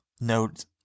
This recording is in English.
note